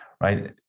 right